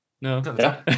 No